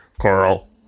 Carl